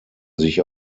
sich